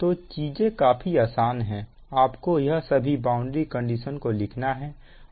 तो चीजें काफी आसान है आपको यह सभी बाउंड्री कंडीशनओं को लिखना है